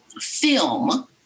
film